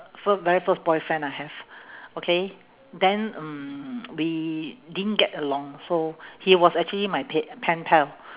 fir~ very first boyfriend I have okay then mm we didn't get along so he was actually my pe~ pen pal